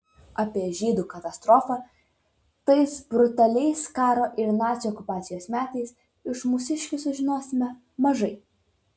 apie žydų katastrofą tais brutaliais karo ir nacių okupacijos metais iš mūsiškių sužinosime mažai